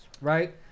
Right